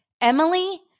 Emily